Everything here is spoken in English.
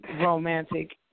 romantic